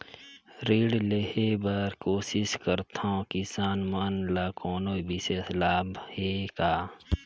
ऋण लेहे बर कोशिश करथवं, किसान मन ल कोनो विशेष लाभ हे का?